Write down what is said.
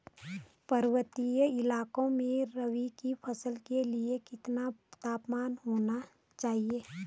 पर्वतीय इलाकों में रबी की फसल के लिए कितना तापमान होना चाहिए?